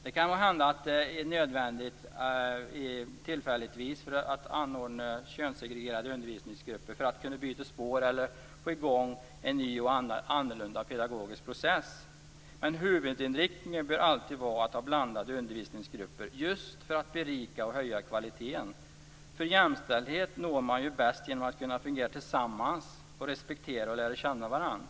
Det kan hända att det är nödvändigt att tillfälligtvis anordna könssegregerade undervisningsgrupper för att kunna byta spår eller för att få i gång en ny och annorlunda pedagogisk process. Men huvudinriktningen bör alltid vara att ha blandade undervisningsgruppper just för att berika och höja kvaliteten. Jämställdhet når man ju bäst genom att kunna fungera tillsammans och respektera och lära känna varandra.